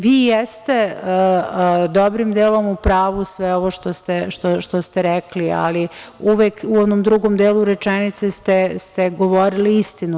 Vi jeste dobrim delom u pravu sve ovo što ste rekli, ali uvek u onom drugom delu rečenice ste govorili istinu.